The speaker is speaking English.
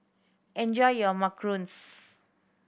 enjoy your macarons